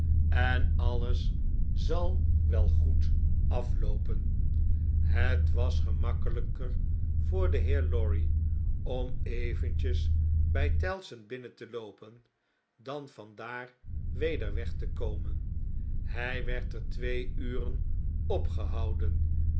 en alles zal wel goed afloopen het was gemakkehjker voor den heer lorry om eventjes by tellson binnen te loopen dan van daar weder weg te komen hg werd er twee uren opgehouden